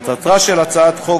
יציג את הצעת החוק